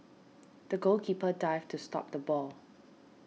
the goalkeeper dived to stop the ball